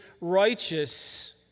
righteous